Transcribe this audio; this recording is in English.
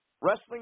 Wrestling